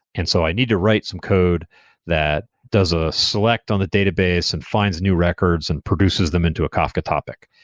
and so i need to write some code that does a select on the database and finds new records and produces them into a kafka topic.